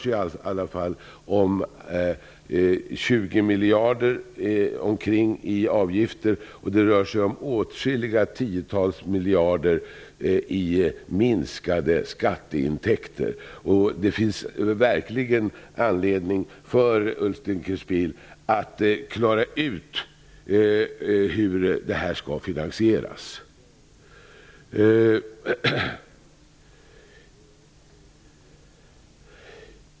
Det handlar om ungefär 20 miljarder i avgifter och om åtskilliga tiotals miljarder i minskade skatteintäkter. Det finns verkligen anledning för Ulf Dinkelspiel att reda ut hur detta skall finansieras.